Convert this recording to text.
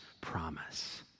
promise